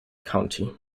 county